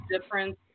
difference